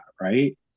right